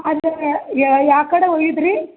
ಅದು ಯಾವ ಕಡೆ ಹೋಗಿದ್ದು ರೀ